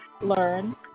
learn